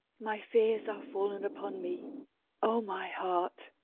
my fears are fall'n upon me oh, my heart!